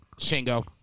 Shingo